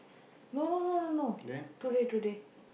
no no no no today today